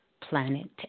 planet